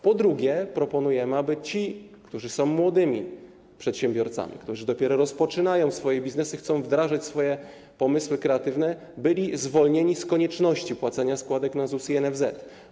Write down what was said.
Po drugie, proponujemy, aby ci, którzy są młodymi przedsiębiorcami, którzy dopiero rozpoczynają biznes, chcą wdrażać swoje kreatywne pomysły, byli zwolnieni z konieczności płacenia składek na ZUS i NFZ.